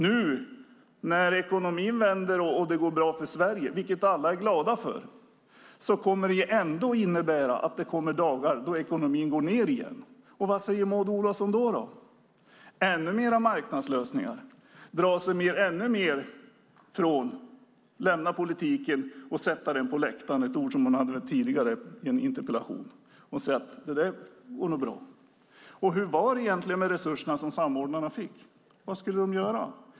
Nu vänder ekonomin och det går bra för Sverige, vilket alla är glada för, men det kommer dagar när ekonomin går ned igen. Vad säger Maud Olofsson då? Blir det ännu fler marknadslösningar? Blir det ännu mer av "lämna politiken och sätt den på läktaren", ett uttryck som hon använde i en tidigare interpellationsdebatt? Och hur var det egentligen med de resurser som samordnarna fick? Vad skulle de göra?